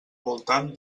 voltant